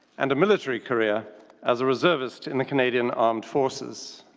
and a military career as a reservist in the canadian armed forces.